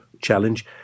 Challenge